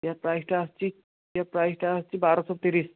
ୟା ପ୍ରାଇସ୍ଟା ଆସୁଛି ଏ ପ୍ରାଇସ୍ଟା ଆସୁଛି ବାରଶହ ତିରିଶ